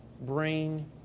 brain